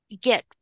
get